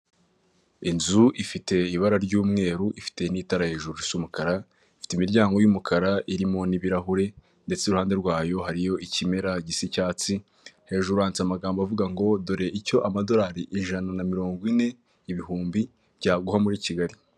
Inzu ifite ibara ry'umweru ifite n'itara hejuru risa umukara, ifite imiryango y'umukara irimo n'ibirahure ndetse iruhande rwayo hariyo ikimera gisa icyatsi, hejuru handitse amagambo avuga ngo, dore icyo amadolari ijana na mirongo ine ibihumbi byaguha muri Kigali.